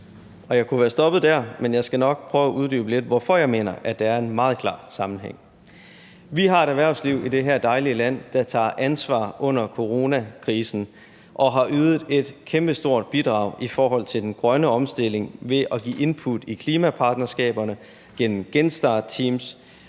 jeg kunne være stoppet der, men jeg skal nok prøve at uddybe lidt, hvorfor jeg mener, at der er en meget klar sammenhæng. Vi har et erhvervsliv i det her dejlige land, der tager ansvar under coronakrisen og har ydet et kæmpestort bidrag i forhold til den grønne omstilling ved at give input i klimapartnerskaberne gennem genstartteams,